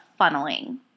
funneling